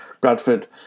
Bradford